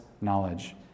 knowledge